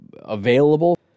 available